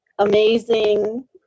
amazing